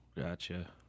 Gotcha